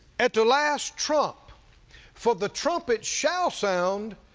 at the last trump for the trumpet shall sound,